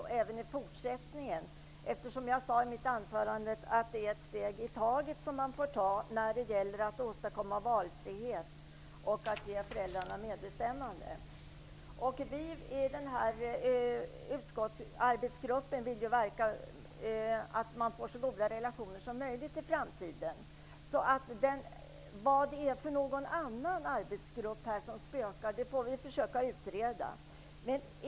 I mitt anförande sade jag att man får ta ett steg i taget för att åstadkomma valfrihet och ge föräldrarna medbestämmande. Vi i utskottets arbetsgrupp vill verka för att man skall få så goda relationer som möjligt i framtiden. Vilken den andra arbetsgruppen är som spökar i diskussionen får vi försöka utreda.